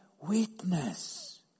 witness